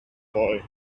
boy